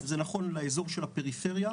וזה הנושא של פרק ה: